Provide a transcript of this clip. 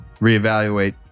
reevaluate